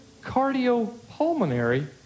Cardiopulmonary